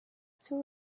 too